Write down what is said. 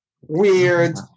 weird